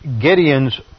Gideon's